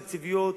תקציביות,